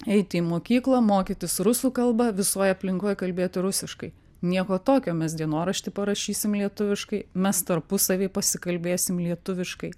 eiti į mokyklą mokytis rusų kalba visoj aplinkoj kalbėti rusiškai nieko tokio mes dienoraštį parašysim lietuviškai mes tarpusavyje pasikalbėsim lietuviškai